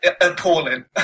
appalling